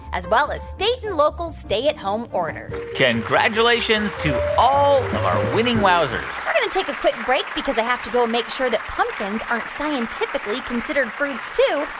as well as state and local stay-at-home orders congratulations to all of our winning wowzers we're going to take a quick break because i have to go make sure that pumpkins aren't scientifically considered fruits, too.